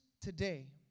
today